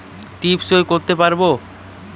টিপ সই করতে পারবো?